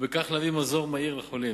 ובכך להביא מזור מהיר לחולים.